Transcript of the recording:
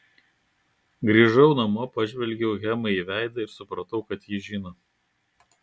grįžau namo pažvelgiau hemai į veidą ir supratau kad ji žino